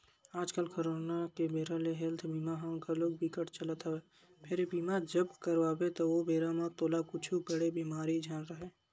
आजकल करोना के बेरा ले हेल्थ बीमा ह घलोक बिकट चलत हवय फेर ये बीमा जब करवाबे त ओ बेरा म तोला कुछु बड़े बेमारी झन राहय